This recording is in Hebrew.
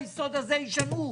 חוק-יסוד.